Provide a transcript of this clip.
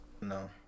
No